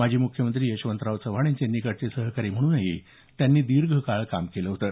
माजी म्ख्यमंत्री यशवंतराव चव्हाण यांचे निकटचे सहकारी म्हणूनही त्यांनी दीर्घकाळ काम केलं होतं